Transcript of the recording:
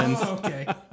Okay